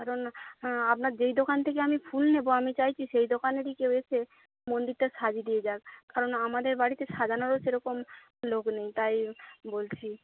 কারণ আপনার যেই দোকান থেকে আমি ফুল নেব আমি চাইছি সেই দোকানেরই কেউ এসে মন্দিরটা সাজিয়ে দিয়ে যাক কারণ আমাদের বাড়িতে সাজানোরও সেরকম লোক নেই তাই বলছি